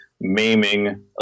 maiming